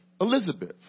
Elizabeth